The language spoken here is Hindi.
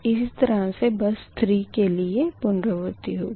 इसी तरह से बस 3 के लिए पुनरावर्ती होगी